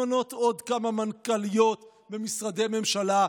למנות עוד כמה מנכ"ליות במשרדי ממשלה.